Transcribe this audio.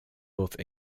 both